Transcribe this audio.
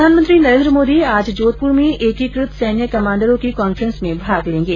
प्रधानमंत्री नरेंद्र मोदी आज जोधप्र में एकीकत सैन्य कमांडरों की कॉन्फ्रेंस में भाग लेंगे